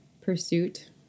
Pursuit